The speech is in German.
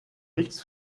nichts